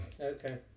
Okay